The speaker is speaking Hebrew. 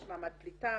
יש מעמד פליטה,